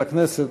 בכנסת,